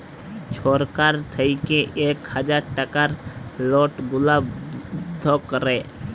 ছরকার থ্যাইকে ইক হাজার টাকার লট গুলা বল্ধ ক্যরে